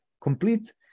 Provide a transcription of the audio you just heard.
complete